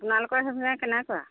আপোনালোকৰ সেইফালে কেনেকুৱা